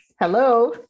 hello